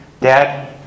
Dad